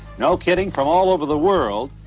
no kidding, from all over the world,